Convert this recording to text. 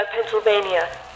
Pennsylvania